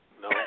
no